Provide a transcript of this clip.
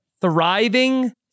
Thriving